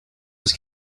was